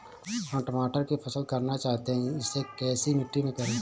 हम टमाटर की फसल करना चाहते हैं इसे कैसी मिट्टी में करें?